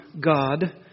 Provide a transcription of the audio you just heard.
God